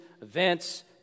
events